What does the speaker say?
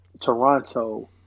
Toronto